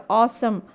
awesome